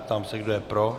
Ptám se, kdo je pro.